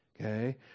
Okay